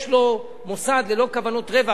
יש לו מוסד ללא כוונות רווח.